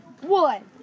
one